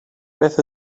beth